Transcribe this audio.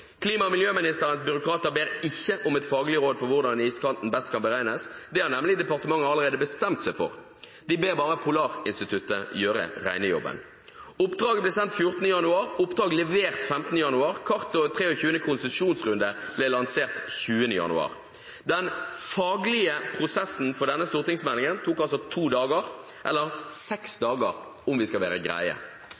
Klima- og miljøministerens byråkrater ber ikke om et faglig råd for hvordan iskanten best kan beregnes. Det har nemlig departementet allerede bestemt seg for. De ber bare Polarinstituttet gjøre regnejobben. Oppdraget ble sendt 14. januar, og oppdraget ble levert 15. januar. Kartet og 23. konsesjonsrunde ble lansert 20. januar. Den «faglige» prosessen for denne stortingsmeldingen tok altså to dager, eller seks dager om vi skal være greie.